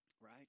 right